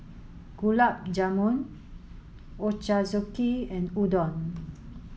Gulab Jamun Ochazuke and Udon